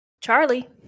Charlie